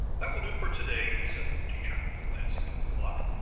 that will do for to-day, said the teacher, glancing at the clock.